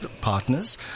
partners